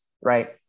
right